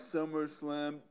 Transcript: SummerSlam